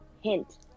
hint